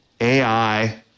AI